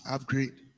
Upgrade